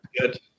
good